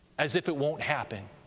as if it won't happen.